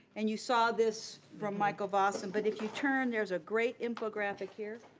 and you saw this from michael lawson, but if you turn there's a great infographic here.